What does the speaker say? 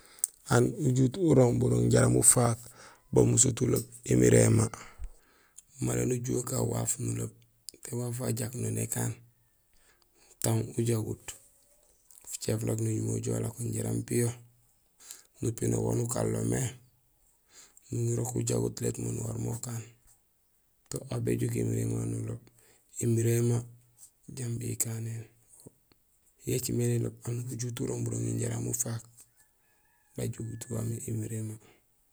Aan ujut urooŋ burooŋ jaraam ufaak bamusut uloom émiréma; mara nujuhé ukaan waaf nuloob té waaf wajak non nékaan tang ujagut; fucé funak nujool ulako jaraam piyo, nupinoor waan ukanlomé; numi urok ujagut lét mé nuwaréén mé ukaan; to aw béjook émiréma nuloob imiréma jambi ikanéén. Yo écimé niloob aan ujut urooŋ buroŋi jaraam ufak bajogut waamé émiréma.